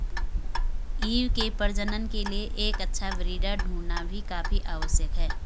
ewe के प्रजनन के लिए एक अच्छा ब्रीडर ढूंढ़ना भी काफी आवश्यक है